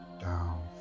down